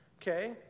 Okay